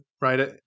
right